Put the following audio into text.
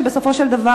שבסופו של דבר,